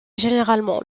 généralement